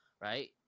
right